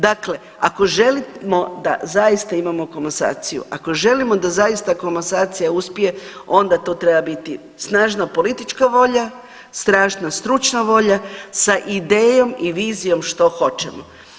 Dakle, ako želimo da zaista imamo komasaciju, ako želimo da zaista komasacija uspije onda to treba biti snažna politička volja, snažna stručna volja sa idejom i vizijom što hoćemo.